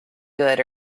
good